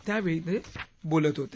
त्यावेळी ते बोलत होते